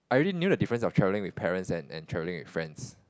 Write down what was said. I already knew the difference of travelling with parents and and travelling with friends